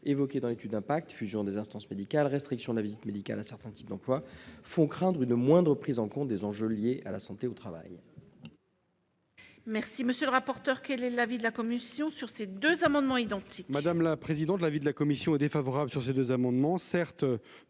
évoquées dans l'étude d'impact- fusion des instances médicales, restriction de la visite médicale à un certain type d'emplois -font craindre une moindre prise en compte des enjeux liés à la santé au travail.